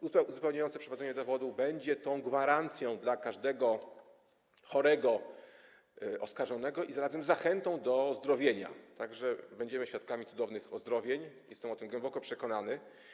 Uzupełniające przeprowadzenie dowodu będzie gwarancją dla każdego chorego oskarżonego i zarazem zachętą do zdrowienia, tak że będziemy świadkami cudownych ozdrowień, jestem o tym głęboko przekonany.